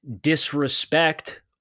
disrespect